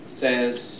says